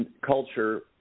culture